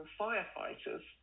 firefighters